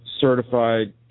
certified